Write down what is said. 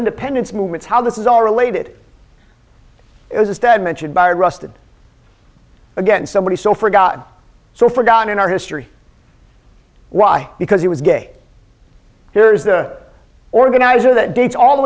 independence movements how this is all related it was instead mentioned by rusted again somebody so forgotten so forgotten in our history why because he was gay there is the organizer that dates all the